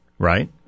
Right